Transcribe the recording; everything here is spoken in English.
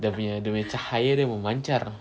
dia punya dia punya cahaya dia memacar